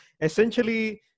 essentially